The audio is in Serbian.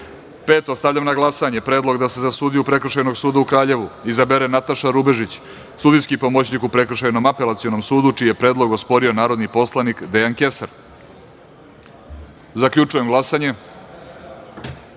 - Stavljam na glasanje predlog da se za sudiju Prekršajnog suda u Kraljevu izabere Nataša Rubežić, sudijski pomoćnik u Prekršajnom apelacionom sudu, čiji je predlog osporio narodni poslanik Dejan Kesar. Zaključujem glasanje: